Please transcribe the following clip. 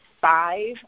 five